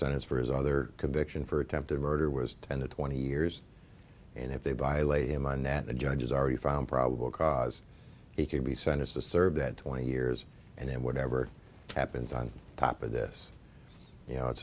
sentence for his other conviction for attempted murder was ten to twenty years and if they violate in mind that the judge is already found probable cause he could be sentenced to serve that twenty years and then whatever happens on top of this you know it's